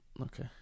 Okay